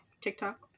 TikTok